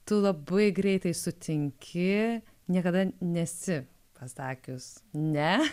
tu labai greitai sutinki niekada nesi pasakius ne